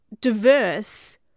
diverse